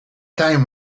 time